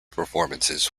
performances